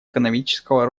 экономического